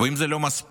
ואם זה לא מספיק,